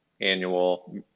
annual